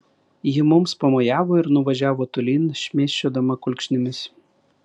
ji mums pamojavo ir nuvažiavo tolyn šmėsčiodama kulkšnimis